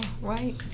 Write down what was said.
Right